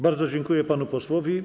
Bardzo dziękuję panu posłowi.